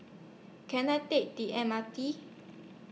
Can I Take The M R T